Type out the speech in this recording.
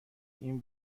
این